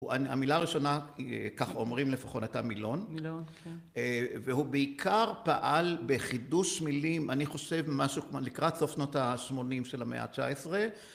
המילה הראשונה, כך אומרים לפחות, הייתה מילון, והוא בעיקר פעל בחידוש מילים, אני חושב משהו לקראת סוף שנות השמונים של המאה התשע עשרה